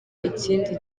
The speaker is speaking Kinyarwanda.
ikindi